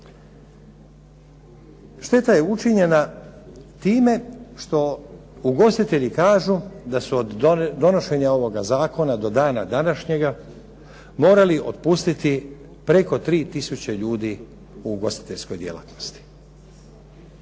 Šteta je učinjena time što ugostitelji kažu da su od donošenja ovoga zakona do dana današnjega morali otpustiti preko 3000 ljudi u ugostiteljskoj djelatnosti.